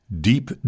Deep